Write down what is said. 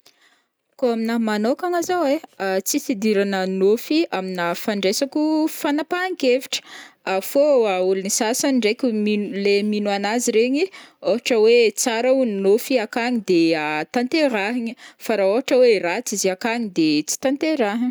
Kao aminahy manokagna zao ai tsisy idiran'ana nôfy amina fandraisako fanapahan-kevitry, fao ôlo ny sasany ndraiky mino leha mino anazy regny, ohatra hoe tsara hono nôfy i akagny de tanterahigny, fa raha ohatra hoe ratsy izy akagny de tsy tanterahigny.